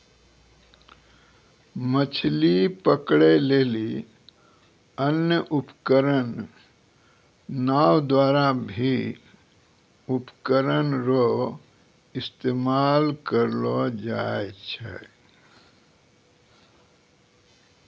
मछली पकड़ै लेली अन्य उपकरण नांव द्वारा भी उपकरण रो इस्तेमाल करलो जाय छै